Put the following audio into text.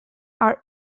are